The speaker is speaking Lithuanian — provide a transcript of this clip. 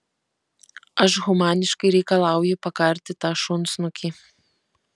aš humaniškai reikalauju pakarti tą šunsnukį